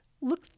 look